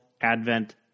Advent